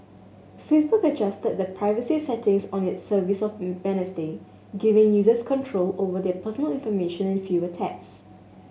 Facebook adjusted the privacy settings on its service on giving users control over their personal information in fewer taps